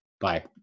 bye